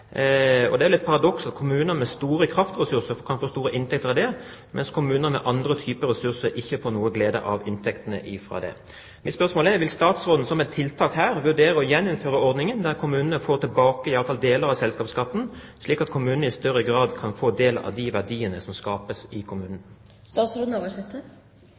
Det er et paradoks at kommuner med store kraftressurser kan få store inntekter av det, mens kommuner med andre typer ressurser ikke får noe glede av inntektene fra dem. Mitt spørsmål er: Vil statsråden som et tiltak her vurdere å gjeninnføre ordningen der kommunene får tilbake iallfall deler av selskapsskatten, slik at kommunene i større grad kan få del i de verdiene som skapes i